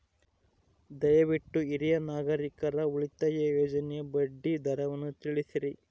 ದಯವಿಟ್ಟು ಹಿರಿಯ ನಾಗರಿಕರ ಉಳಿತಾಯ ಯೋಜನೆಯ ಬಡ್ಡಿ ದರವನ್ನು ತಿಳಿಸ್ರಿ